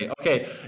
okay